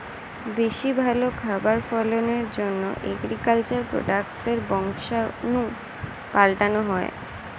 বেশি ভালো খাবার ফলনের জন্যে এগ্রিকালচার প্রোডাক্টসের বংশাণু পাল্টানো হয়